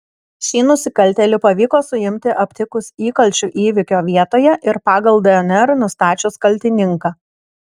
šį nusikaltėlį pavyko suimti aptikus įkalčių įvykio vietoje ir pagal dnr nustačius kaltininką